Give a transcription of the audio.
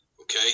Okay